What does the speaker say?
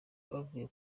bavuye